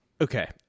Okay